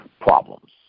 problems